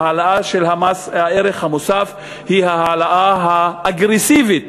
העלאת מס ערך מוסף היא ההעלאה האגרסיבית